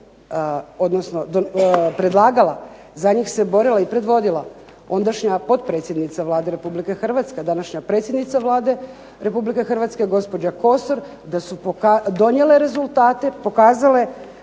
odnosno predlagala, za njih se borila i predvodila ondašnja potpredsjednica Vlade Republike Hrvatske, današnja predsjednica Vlade Republike Hrvatske gospođa Kosor, da su donijele rezultate, pokazale